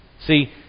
See